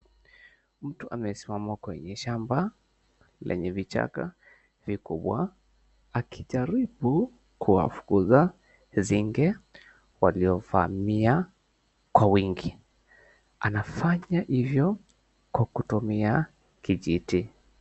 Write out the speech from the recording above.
Mtu amesimama kwenye shamba la vichaka likubwa akijaribu kuwafukuza nzige waliovamia kwa wingi anafanya hivo kwa kutumia kijiti.